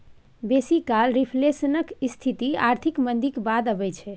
बेसी काल रिफ्लेशनक स्थिति आर्थिक मंदीक बाद अबै छै